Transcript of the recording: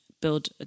build